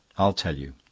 i'll tell you.